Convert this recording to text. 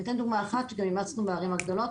ואתן דוגמה אחת שגם אימצנו בערים הגדולות.